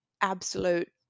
absolute